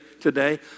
today